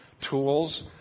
Tools